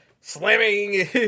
slamming